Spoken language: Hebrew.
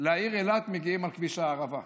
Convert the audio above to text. לעיר אילת מגיעים על כביש הערבה.